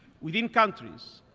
within countries,